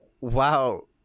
wow